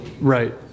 Right